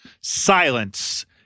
Silence